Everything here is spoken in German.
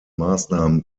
maßnahmen